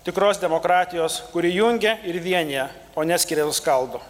tikros demokratijos kuri jungia ir vienija o neskiria ir skaldo